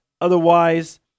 Otherwise